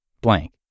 blank